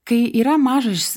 kai yra mažas